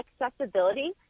accessibility